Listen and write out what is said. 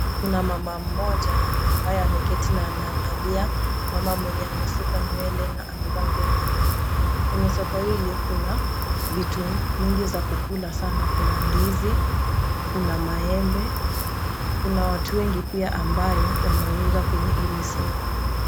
Kuna mama moja ambaye ameketi na anauza. Kwenye soko hili kuna vitu vingi sana. Kuna ndizi, kuna maembe, kuna watu wengi pia ambao wanauza kwenye hili soko.